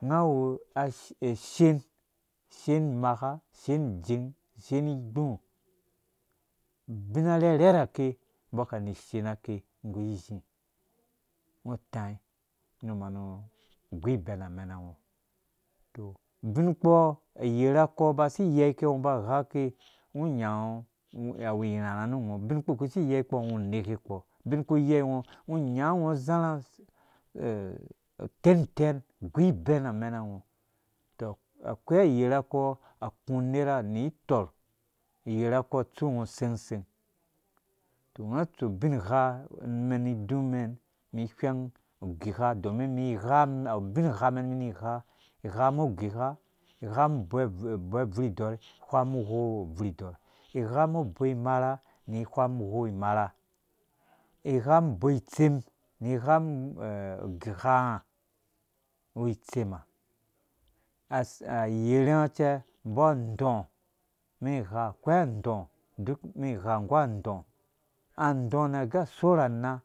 unga awu ashen shen imaka shen idzengi shen igbu abina arherher hake umbɔ kani ishen ake nggu izhii ungo utai nu manu ugu iben amenango ubin kpɔ ayerha kɔ basi iy eikɛ ungo uba ugha ake ungo unga ungo awu irharhe ru ungo ubin kpurkpi kusi iye ikpɔ ungo uneka ukpɔ ubin ku uyei ungo ungo inyapɔ ungo uzarha utɛn itɛn ugu ibɛn amenango tɔ akoi ayerha kɔ aku unera ni itɔɔrh ayɛrha kɔɔ atsu ungo useng useng tɔ unga atsu ubinghamɛn ni idumɛn umum ihweng ugiga domin mi igham awu uboi abvurh idɔɔrh ihwam uwou abvurh idɔɔrh ighamum uboi imarha igham uboi itsem ni igha ugiganga uwu itsema as ayerhunga cɛ umbɔ andɔo umɛn igha akoi and ɔɔ and ɔɔ nɛ agɛ asorh and